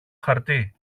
χαρτί